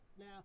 Now